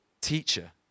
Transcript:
teacher